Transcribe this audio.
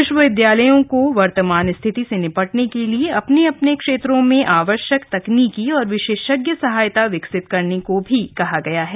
विश्वविदयालयों को वर्तमान स्थिति से निपटने के लिए अपने अपने क्षेत्रों में आवश्यक तकनीकि और विशेषज्ञ सहायता विकसित करने को भी कहा गया है